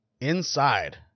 Inside